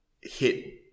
hit